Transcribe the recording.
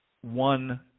one